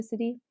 toxicity